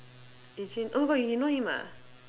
Yu Jun oh my god you know him ah